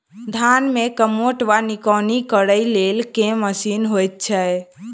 धान मे कमोट वा निकौनी करै लेल केँ मशीन होइ छै?